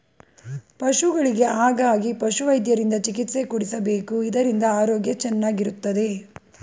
ಪಶುಗಳಿಗೆ ಹಾಗಾಗಿ ಪಶುವೈದ್ಯರಿಂದ ಚಿಕಿತ್ಸೆ ಕೊಡಿಸಬೇಕು ಇದರಿಂದ ಆರೋಗ್ಯ ಚೆನ್ನಾಗಿರುತ್ತದೆ